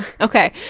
Okay